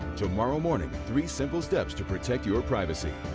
tomorrow morning three simple steps to protect your privacy.